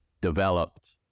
developed